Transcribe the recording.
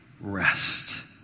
rest